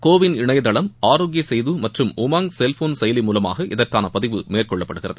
CoWIN இணையதளம் ஆரோக்கிய சேது மற்றும் UMANG cellphone செயலி மூலமாக இதற்கான பதிவு மேற்கொள்ளப்படுகிறது